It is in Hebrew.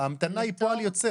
ההמתנה היא פועל יוצא,